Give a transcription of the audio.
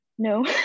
no